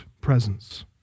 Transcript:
presence